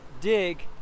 dig